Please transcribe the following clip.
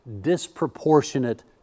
disproportionate